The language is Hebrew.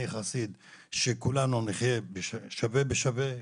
אני חסיד שכולנו נחיה שווה בשווה.